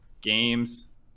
games